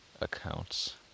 accounts